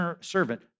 servant